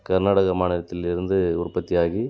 கர்நாடக மாநிலத்தில் இருந்து உற்பத்தியாகி